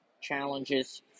challenges